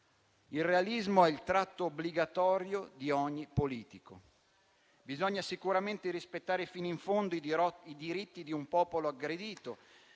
Russia - è il tratto obbligatorio di ogni politico. Bisogna sicuramente rispettare fino in fondo i diritti di un popolo aggredito.